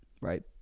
right